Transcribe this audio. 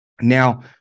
Now